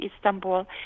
Istanbul